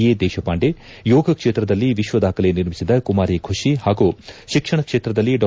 A Deshpande ಯೋಗ ಕ್ಷೇತ್ರದಲ್ಲಿ ವಿಶ್ವದಾಖಲೆ ನಿರ್ಮಿಸಿದ ಕುಮಾರಿ ಖುಷಿ ಹಾಗೂ ಶಿಕ್ಷಣ ಕ್ಷೇತ್ರದಲ್ಲಿ ಡಾ